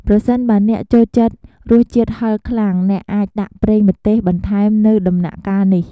ប្រសិនបើអ្នកចូលចិត្តរសជាតិហឹរខ្លាំង អ្នកអាចដាក់ប្រេងម្ទេសបន្ថែមនៅដំណាក់កាលនេះ។